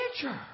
picture